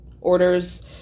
orders